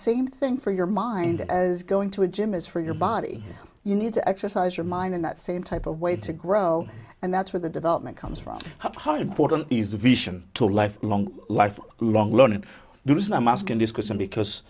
same thing for your mind as going to a gym is for your body you need to exercise your mind in that same type of way to grow and that's where the development comes from how important is vision to life long life long learning to do this and i'm asking this question because